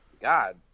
God